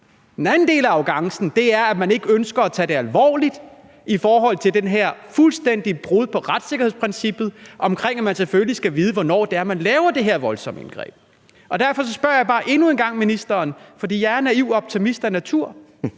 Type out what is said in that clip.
Den anden del af arrogancen er, at man ikke ønsker at tage det alvorligt i forhold til det her fuldstændige brud på retssikkerhedsprincippet med, at man selvfølgelig skal vide, hvornår det her voldsomme indgreb bliver lavet. Derfor spørger jeg bare ministeren endnu en gang – for jeg er naiv optimist af natur;